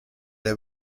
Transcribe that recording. der